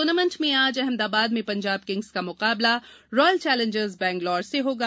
tournament में आज अहमदाबाद में पंजाब किंग्स का मुकाबला रॉयल चौलेंजर्स बैंगलौर से होगा